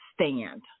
stand